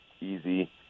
easy